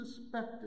suspected